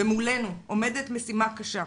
ומולנו עומדת משימה קשה.